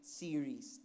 series